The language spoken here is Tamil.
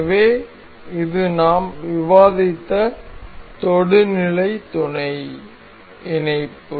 எனவே இது நாம் விவாதித்த தொடுநிலை துணை இணைப்பு